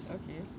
okay